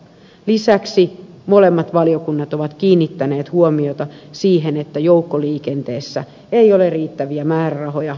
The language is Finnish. lisäksi molemmat valiokunnat ovat kiinnittäneet huomiota siihen että joukkoliikenteessä ei ole riittäviä määrärahoja